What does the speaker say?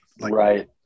Right